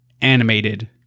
animated